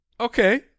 Okay